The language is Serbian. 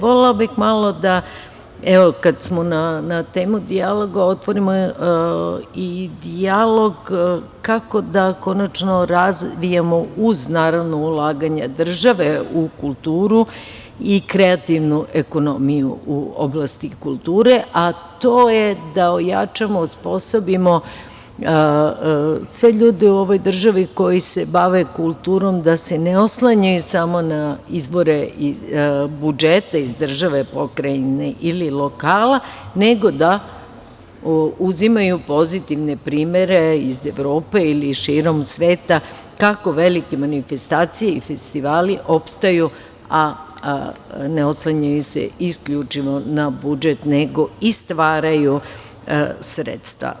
Volela bih malo da, evo, kad smo na temu dijaloga, otvorimo i dijalog kako da konačno razvijemo, uz, naravno, ulaganja države u kulturu, i kreativnu ekonomiju u oblasti kulture, a to je da ojačamo, osposobimo sve ljude u ovoj državi koji se bave kulturom da se ne oslanjaju samo na izbore budžeta iz države, pokrajine ili lokala, nego da uzimaju pozitivne primere iz Evrope ili širom sveta, kako velike manifestacije i festivali opstaju, a ne oslanjaju se isključivo na budžet, nego i stvaraju sredstva.